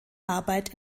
arbeit